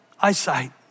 eyesight